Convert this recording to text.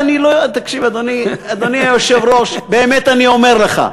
תקשיב, אדוני היושב-ראש, באמת, אני אומר לך,